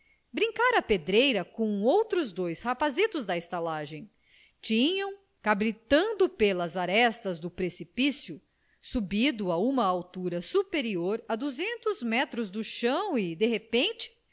brincar à pedreira com outros dois rapazitos da estalagem tinham cabritando pelas arestas do precipício subido a uma altura superior a duzentos metros do chão e de repente